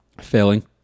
Failing